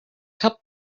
cup